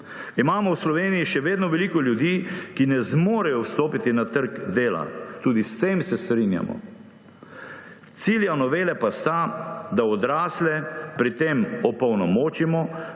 imamo v Sloveniji še vedno veliko ljudi, ki ne zmorejo vstopiti na trg dela. Tudi s tem se strinjamo. Cilja novele pa sta, da odrasle pri tem opolnomočimo,